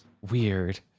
Weird